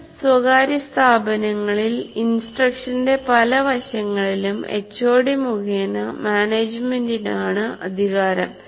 ചില സ്വകാര്യ സ്ഥാപനങ്ങളിൽ ഇൻസ്ട്രക്ഷന്റെ പല വശങ്ങളിലും എച്ച്ഒഡി മുഖേന മാനേജ്മെന്റിന് ആണ് അധികാരം